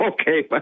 okay